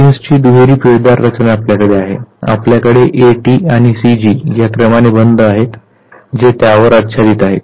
जीन्सची दुहेरी पिळदार रचना आपल्याकडे आहे आपल्याकडे A T आणि C G या क्रमाने बंध आहेत जे त्यावर आच्छादित आहेत